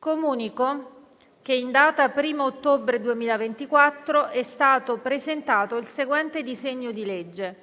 Comunico che in data 1° ottobre 2024 è stato presentato il seguente disegno di legge: